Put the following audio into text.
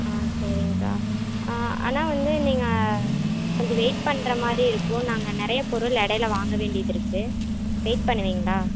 ஆ சரிங்கக்கா ஆனால் வந்து நீங்கள் கொஞ்சம் வெயிட் பண்ணுற மாதிரி இருக்கும் நாங்கள் நிறைய பொருள் இடையில வாங்க வேண்டியது இருக்குது வெயிட் பண்ணுவிங்களா